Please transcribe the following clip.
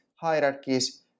hierarchies